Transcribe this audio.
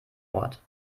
ort